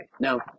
Now